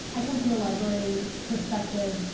i come from the library perspective,